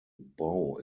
bau